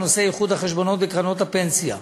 הוא נושא איחוד החשבונות וקרנות הפנסיה.